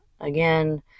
again